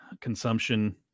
consumption